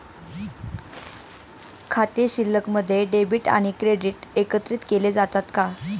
खाते शिल्लकमध्ये डेबिट आणि क्रेडिट एकत्रित केले जातात का?